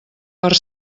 per